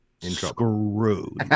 screwed